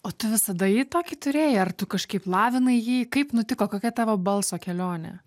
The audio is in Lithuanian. o tu visada jį tokį turėjai ar tu kažkaip lavinai jį kaip nutiko kokia tavo balso kelionė